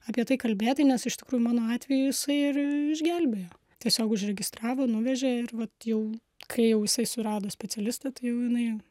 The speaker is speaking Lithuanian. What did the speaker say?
apie tai kalbėti nes iš tikrųjų mano atveju jisai ir išgelbėjo tiesiog užregistravo nuvežė ir vat jau kai jau jisai surado specialistą tai jau jinai